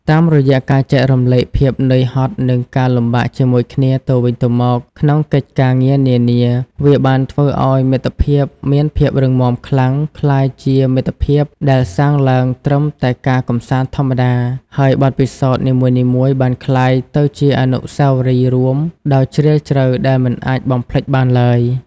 តាមរយៈការចែករំលែកភាពនឿយហត់និងការលំបាកជាមួយគ្នាទៅវិញទៅមកក្នុងកិច្ចការងារនានា វាបានធ្វើឱ្យមិត្តភាពមានភាពរឹងមាំខ្លាំងក្លាជាងមិត្តភាពដែលកសាងឡើងត្រឹមតែការកម្សាន្តធម្មតា ហើយបទពិសោធន៍នីមួយៗបានក្លាយទៅជាអនុស្សាវរីយ៍រួមដ៏ជ្រាលជ្រៅដែលមិនអាចបំភ្លេចបានឡើយ។